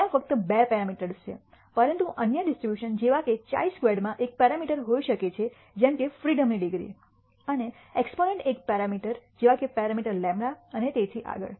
ત્યાં ફક્ત બે પેરામીટર્સ છે પરંતુ અન્ય ડિસ્ટ્રિબ્યુશન જેવા કે χ સ્ક્વેર્ડમાં એક પેરામીટર હોઈ શકે છે જેમ કે ફ્રીડમ ની ડિગ્રી અને એક્સપોનેન્ટ એક પેરામીટર જેવા કે પેરામીટર λ અને તેથી આગળ